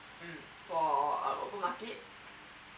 um for uh open market